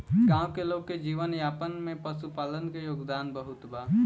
गाँव के लोग के जीवन यापन में पशुपालन के योगदान बहुत बा